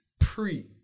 pre